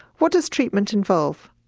what does treatment involve?